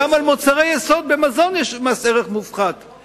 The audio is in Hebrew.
גם על מוצרי יסוד במזון יש מס ערך מופחת,